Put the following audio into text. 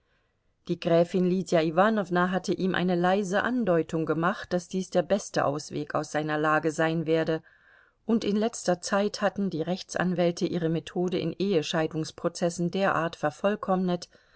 die gräfin lydia iwanowna hatte ihm eine leise andeutung gemacht daß dies der beste ausweg aus seiner lage sein werde und in letzter zeit hatten die rechtsanwälte ihre methode in ehescheidungsprozessen derart vervollkommnet